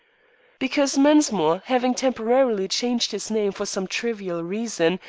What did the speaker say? because mensmore, having temporarily changed his name for some trivial reason,